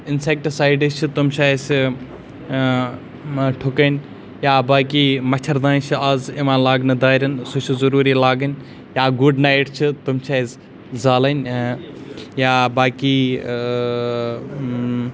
insect sides چھِ تِم چھِ اَسہِ ٹھُکٕنۍ یا باقٕے مَچھَر دانہِ چھِ اَز یِوان لاگنہٕ دارٮ۪ن سُہ چھِ ضروٗری لاگٕنۍ یا گُڈ نایٹ چھِ تِم چھِ اَسہِ زالٕنۍ یا باقٕے